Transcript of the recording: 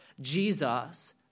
Jesus